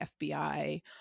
FBI